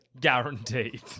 Guaranteed